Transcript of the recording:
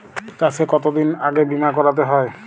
চাষে কতদিন আগে বিমা করাতে হয়?